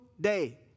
day